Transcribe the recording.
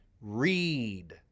Read